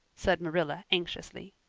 said marilla anxiously.